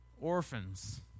orphans